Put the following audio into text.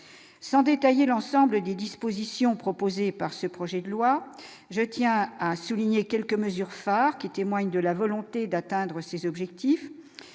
sans détailler l'ensemble des dispositions proposées par ce projet de loi, je tiens à souligner quelques mesures phares qui témoigne de la volonté d'atteindre ses objectifs